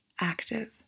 active